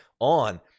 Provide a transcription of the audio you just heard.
on